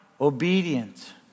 obedient